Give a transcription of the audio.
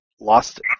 lost